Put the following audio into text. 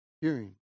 hearing